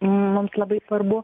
mums labai svarbu